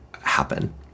happen